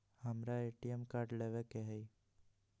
हमारा ATM card लेव के हई